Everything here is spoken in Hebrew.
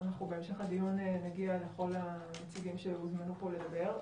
בהמשך הדיון נגיע לכל הנציגים שהוזמנו פה לדבר.